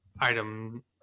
item